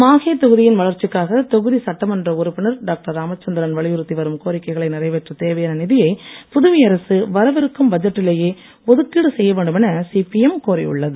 மாஹே தொகுதியின் வளர்ச்சிக்காக தொகுதி சட்டமன்ற உறுப்பினர் டாக்டர் ராமச்சந்திரன் வலியுறுத்தி வரும் கோரிக்கைகளை நிறைவேற்றத் தேவையான நிதியை புதுவை அரசு வரவிருக்கும் பட்ஜெட்டிலேயே ஒதுக்கீடு செய்ய வேண்டும் என சிபிஎம் கோரியுள்ளது